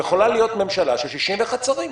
יכולה להיות ממשלה של 61 שרים.